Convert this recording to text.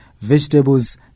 vegetables